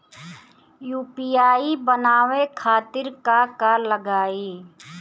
UPI बनावे खातिर का का लगाई?